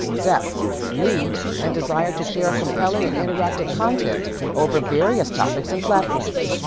depth need and desire to share compelling and interactive content over various topics and platforms.